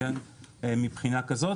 מבחינה כזאת,